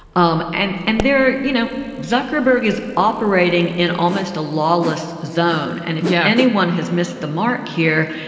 um and and there you know zuckerberg is operating in almost a lawless zone and if yeah anyone has missed the mark here.